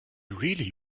really